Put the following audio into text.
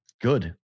Good